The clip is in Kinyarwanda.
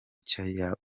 nshya